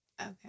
Okay